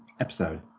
episode